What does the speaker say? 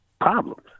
problems